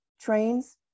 trains